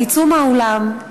תצאו מהאולם,